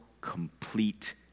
complete